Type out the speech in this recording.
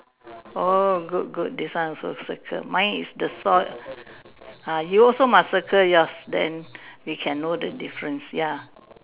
oh good good this one also circle mine is the soil uh you also must circle yours then we can know the difference ya